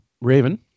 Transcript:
raven